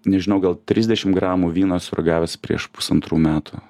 nežinau gal trisdešim gramų vyno esu ragavęs prieš pusantrų metų